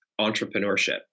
entrepreneurship